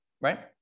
right